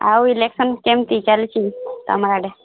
ଆଉ ଇଲେକ୍ସନ୍ କେମିତି ଚାଲିଛି ତମ ଆଡ଼େ